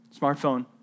Smartphone